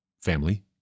family